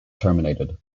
terminated